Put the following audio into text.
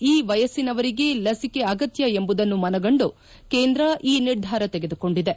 ಈ ವಯಸ್ತಿನವರಿಗೆ ಲಸಿಕೆ ಅಗತ್ತ ಎಂಬುದನ್ನು ಮನಗಂಡು ಕೇಂದ್ರ ಈ ನಿರ್ಧಾರ ತೆಗೆದುಕೊಂಡಿದೆ